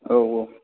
औ औ